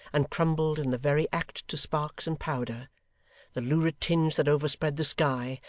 and crumbled in the very act to sparks and powder the lurid tinge that overspread the sky,